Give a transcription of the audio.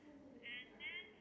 oh okay